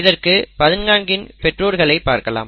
இதற்கு 14 இன் பெற்றோர்களை பார்க்கலாம்